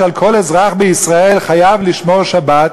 שכל אזרח בישראל חייב לשמור שבת,